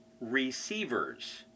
receivers